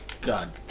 God